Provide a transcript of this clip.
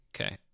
Okay